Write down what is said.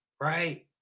right